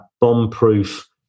bomb-proof